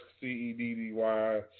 C-E-D-D-Y